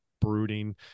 brooding